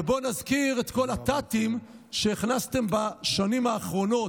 ובואו נזכיר את כל הת"תים שהכנסתם בשנים האחרונות,